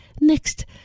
next